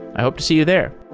i hope to see you there.